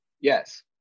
Yes